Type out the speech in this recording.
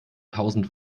tausend